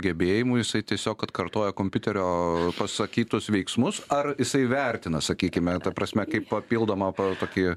gebėjimu jisai tiesiog atkartoja kompiuterio pasakytus veiksmus ar jisai vertina sakykime ta prasme kaip papildomą tokį